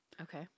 Okay